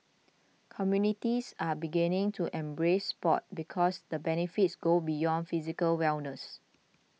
communities are beginning to embrace sport because the benefits go beyond physical wellness